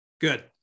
Good